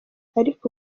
ariko